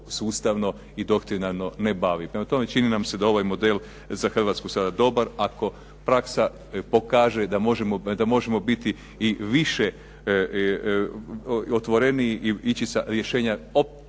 sustavno i doktrinarno ne bavi. Prema tome, čini nam se da je ovaj model za Hrvatsku sada dobar. Ako praksa pokaže da možemo biti i više otvoreniji i ići sa rješenja potpunog